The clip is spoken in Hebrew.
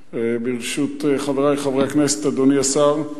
תודה, חברי חברי הכנסת, אדוני השר,